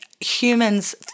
humans